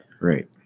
Right